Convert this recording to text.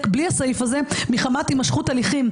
בלי הסעיף הזה: מחמת הימשכות הליכים,